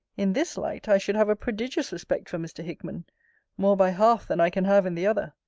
in this light, i should have a prodigious respect for mr. hickman more by half than i can have in the other.